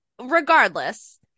regardless